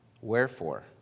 Wherefore